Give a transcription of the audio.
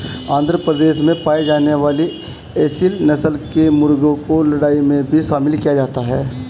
आंध्र प्रदेश में पाई जाने वाली एसील नस्ल के मुर्गों को लड़ाई में भी शामिल किया जाता है